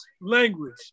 language